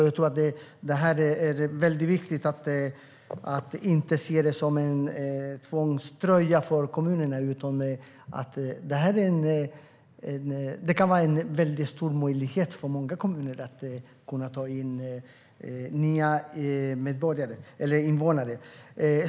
Jag tror att det är väldigt viktigt att inte se detta som en tvångströja för kommuner, utan att det kan vara en stor möjlighet för många kommuner att kunna ta in nya invånare.